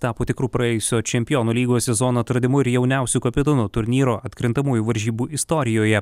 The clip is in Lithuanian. tapo tikru praėjusio čempionų lygos sezono atradimu ir jauniausiu kapitonu turnyro atkrintamųjų varžybų istorijoje